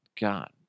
God